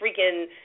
freaking